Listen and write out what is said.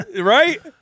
Right